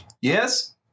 Yes